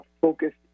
focused